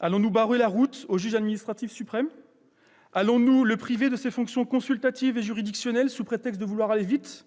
Allons-nous barrer la route au juge administratif suprême ? Allons-nous le priver de ses fonctions consultative et juridictionnelle, au prétexte d'aller vite ?